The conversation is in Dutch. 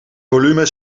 volume